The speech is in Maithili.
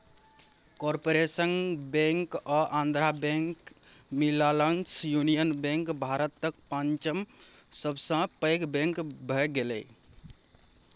कारपोरेशन बैंक आ आंध्रा बैंक मिललासँ युनियन बैंक भारतक पाँचम सबसँ पैघ बैंक भए गेलै